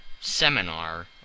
seminar